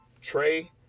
Trey